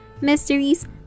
mysteries